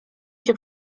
się